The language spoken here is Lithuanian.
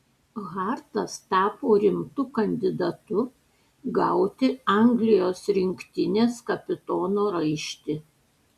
hartas tapo rimtu kandidatu gauti anglijos rinktinės kapitono raištį